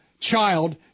child